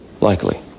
Likely